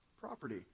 property